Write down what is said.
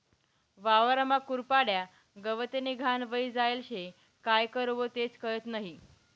वावरमा कुरपाड्या, गवतनी घाण व्हयी जायेल शे, काय करवो तेच कयत नही?